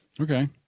Okay